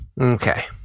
Okay